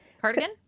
Cardigan